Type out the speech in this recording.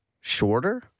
shorter